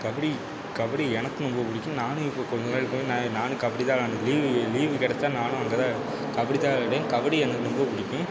கபடி கபடி எனக்கும் ரொம்ப பிடிக்கும் நானும் இப்போ கொஞ்சம் நாளுக்கு முன்னாடி நான் நானும் கபடி தான் விளையாண்டேன் லீவு லீவு கெடைச்சா நானும் அங்கே தான் கபடி தான் விளையாடுவேன் கபடி எனக்கு ரொம்ப பிடிக்கும்